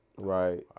right